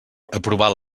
aprovar